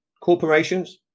corporations